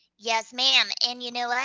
yes, ma'am, and you know like